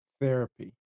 therapy